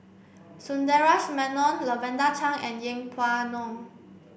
Sundaresh Menon Lavender Chang and Yeng Pway Ngon